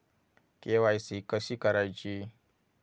KYC कशी करायची?